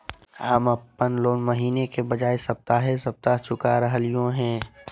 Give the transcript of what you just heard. हम अप्पन लोन महीने के बजाय सप्ताहे सप्ताह चुका रहलिओ हें